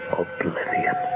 oblivion